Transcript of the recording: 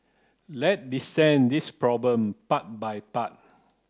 let dissect this problem part by part